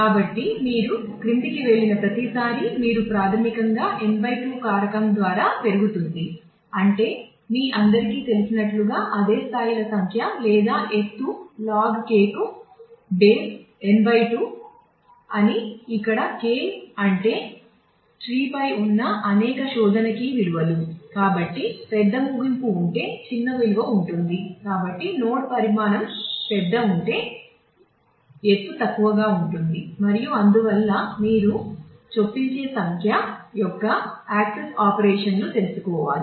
కాబట్టి మీరు క్రిందికి వెళ్ళిన ప్రతిసారీ మీరు ప్రాథమికంగా n 2 కారకం ద్వారా పెరుగుతుంది అంటే మీ అందరికీ తెలిసినట్లుగా అంటే స్థాయిల సంఖ్య లేదా ఎత్తు log K కు బేస్ n 2 తెలుసుకోవాలి